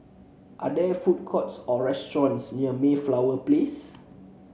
are there food courts or restaurants near Mayflower Place